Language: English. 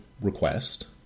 request